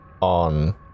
on